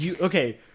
Okay